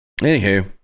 Anywho